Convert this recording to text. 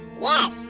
Yes